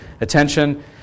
attention